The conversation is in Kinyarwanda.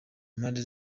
impande